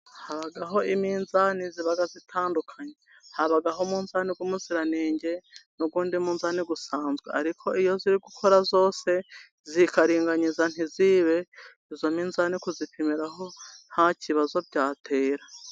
Habaho iminzani iba itandukanye: habaho umunzani w'umuziranenge n'undi munzani usanzwe. Ariko iyo iri gukora yose ikaringaniza ntiyibe, iyo minzani kuyipimiraho nta kibazo byatera.